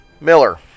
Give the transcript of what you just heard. Miller